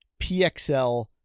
PXL